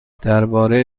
درباره